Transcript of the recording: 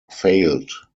failed